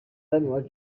uwacu